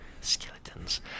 Skeletons